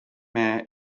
mayor